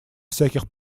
всяких